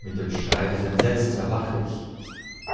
mit dem schrei des entsetzens erwache ich